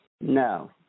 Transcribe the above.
no